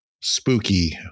spooky